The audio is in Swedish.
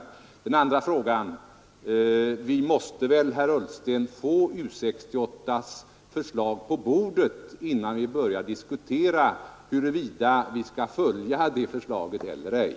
När det gäller den andra frågan måste vi väl, herr Ullsten, få U 68:s förslag på bordet innan vi börjar diskutera huruvida vi skall följa det förslaget eller ej!